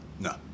No